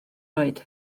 oed